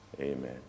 Amen